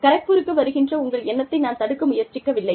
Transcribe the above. கரக்பூருக்கு வருகின்ற உங்கள் எண்ணத்தை நான் தடுக்க முயற்சிக்கவில்லை